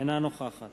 אינה נוכחת